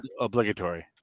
Obligatory